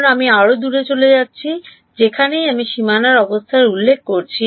কারণ আমি আরও দূরে চলে যাচ্ছি যেখানেই আমি সীমানা অবস্থার উল্লেখ করছি